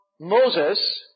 Moses